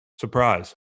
Surprise